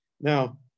Now